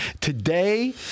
Today